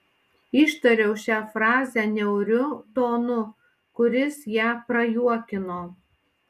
ištariau šią frazę niauriu tonu kuris ją prajuokino